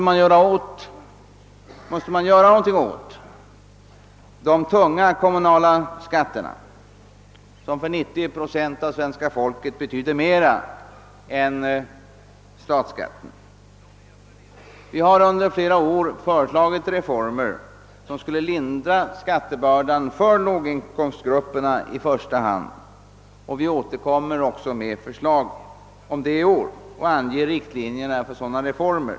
Man måste göra något åt de tunga kommunalskatterna, som för 90 procent av svenska folket betyder mer än den statliga skatten. Vi har under flera år föreslagit reformer, som skulle lätta skattebördan för i första hand låginkomstgrupperna, och vi återkommer även i år och anger riktlinjer för dylika reformer.